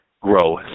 grow